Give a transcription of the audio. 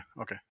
okay